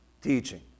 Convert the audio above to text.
teaching